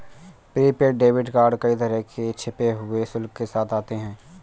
prepaid debit card कई तरह के छिपे हुए शुल्क के साथ आते हैं